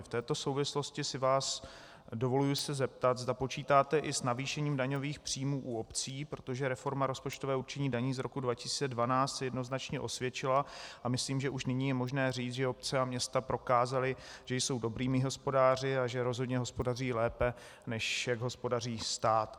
V této souvislosti si vás dovoluji zeptat, zda počítáte i s navýšením daňových příjmů u obcí, protože reforma rozpočtového určení daní z roku 2012 se jednoznačně osvědčila, a myslím, že už nyní je možné říct, že obce a města prokázaly, že jsou dobrými hospodáři a že rozhodně hospodaří lépe, než jak hospodaří stát.